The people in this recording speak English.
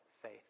faith